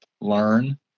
learn